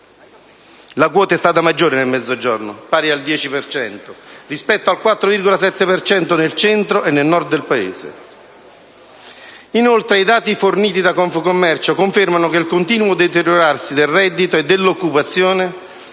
La quota è stata maggiore nel Mezzogiorno, pari al 10,9 per cento, rispetto al 4,7 per cento nel Centro e nel Nord del Paese. I dati forniti da Confcommercio confermano che il continuo deteriorarsi del reddito e dell'occupazione